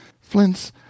Flint's